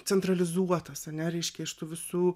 centralizuotas ane reiškia iš tų visų